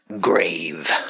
grave